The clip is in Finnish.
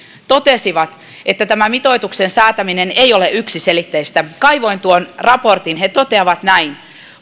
totesivat että tämän mitoituksen säätäminen ei ole yksiselitteistä kaivoin tuon raportin he toteavat näin